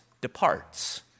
departs